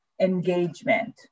engagement